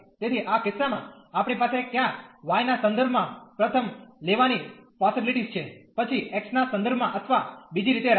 તેથી આ કિસ્સામાં આપણી પાસે ક્યાં y ના સંદર્ભમાં પ્રથમ લેવાની પોસીબ્વીલીટી છે પછી x ના સંદર્ભમાં અથવા બીજી રીતે રાઉન્ડ